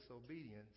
disobedience